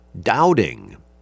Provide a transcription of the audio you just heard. doubting